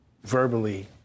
verbally